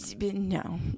No